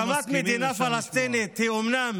והקמת מדינה פלסטינית היא אומנם